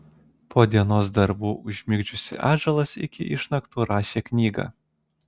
po dienos darbų užmigdžiusi atžalas iki išnaktų rašė knygą